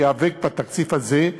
להיאבק בתקציב הזה,